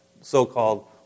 so-called